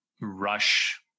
rush